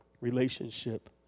relationship